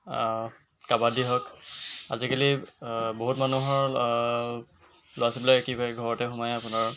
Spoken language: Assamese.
কাবাডী হওক আজিকালি বহুত মানুহৰ ল'ৰা ছোৱালীবিলাকে কি কৰে ঘৰতে সোমাই আপোনাৰ